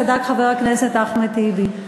צדק חבר הכנסת אחמד טיבי.